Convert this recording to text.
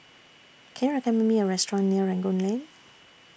Can YOU recommend Me A Restaurant near Rangoon Lane